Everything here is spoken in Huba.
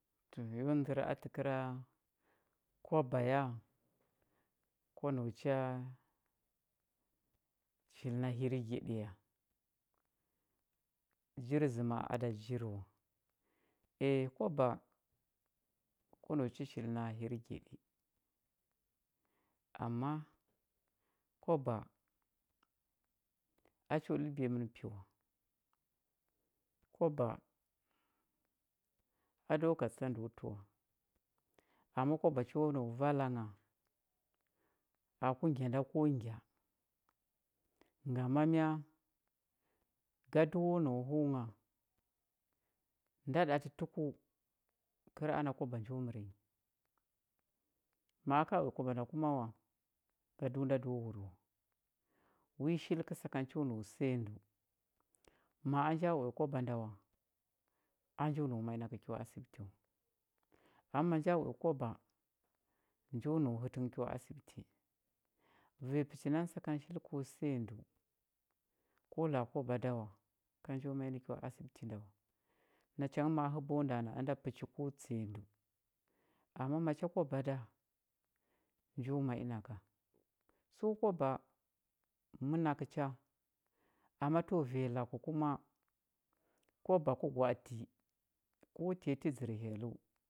Yo ndər a təkəra kwaba ya kwa nau cha shili na hirgyaɗi ya jiri zəma a da jiri eh kwaba kwa nau cha shili na hirgyaɗɨ ama kwaba a cho ɗəlbiua mən pi wa kwaba a cho katə tsa ndəo tə wa ama kwaba cho nau vala ngha aku ngya da ko ngya ngama mya gaduwo nau həu ngha nda ɗatə tuku kəl ana kwaba njo mər nyi ma a ka uya kwaba nda kuma gadu nda do wur wa wi shilkə sakan cho nau səya ndəu ma a nja uya kwaba nda a njo nau ma i na kə kyo asiɓiti wa ama ma nja uya kwaba njo nau hətə nghə kyo asiɓiti vanya pəchi nani sakan shilkəo səya ndəu ko la a kwaba wa ka njo ma i nə kyo asiɓiti wa acha ngə ma a həbao nda na ənda pəchikwa tsəya ndəu ama macha kwaba da njo ma i na ka so kwaba mənakə cha ama təwa vanya laku kuma kwaba kwa gwa ati ko teti dzər hyelləu,